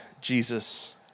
Jesus